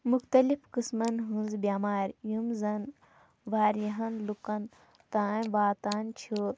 مختلف قٕسمن ہٕنٛزۍ بٮ۪مارِ یِم زن وارِیاہن لُکن تام واتان چھِ